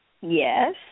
yes